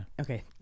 Okay